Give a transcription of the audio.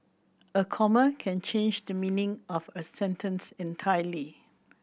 a comma can change the meaning of a sentence entirely